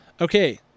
okay